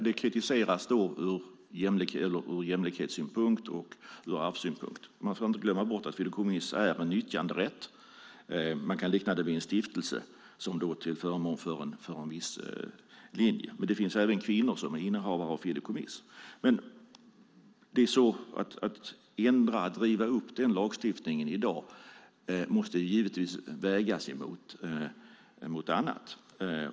Det kritiseras ur jämlikhetssynpunkt och ur arvssynpunkt. Man får inte glömma bort att fideikommiss är en nyttjanderätt - man kan likna det vid en stiftelse - till förmån för en viss linje. Det finns även kvinnor som är innehavare av fideikommiss. Att riva upp den här lagstiftningen i dag måste givetvis vägas mot annat.